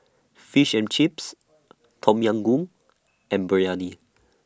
Fish and Chips Tom Yam Goong and Biryani